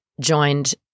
joined